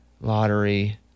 lottery